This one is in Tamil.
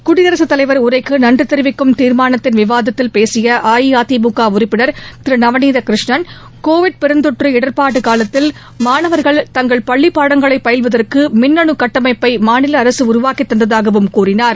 குடியரகத் தலைவர் உரைக்கு நன்றி தெரிவிக்கும் தீர்மானத்தின் விவாததத்தில் பேசிய AIADMK உறுப்பினர் திரு நவநீதகிருஷ்ணன் கோவிட் பெருந்தொற்று இடர்பாட்டு காலத்தில் மானவர்கள் தங்கள் பள்ளி பாடங்களை பயில்வதற்கு மின்னணு கட்டமைப்பை மாநில அரசு உருவாக்கி தந்ததாகவும் தெரிவித்தார்